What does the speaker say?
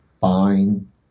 fine